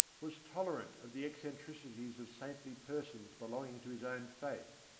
was tolerant of the eccentricities of saintly persons belonging to his own faith.